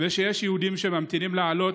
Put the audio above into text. ושיש יהודים שממתינים לעלות.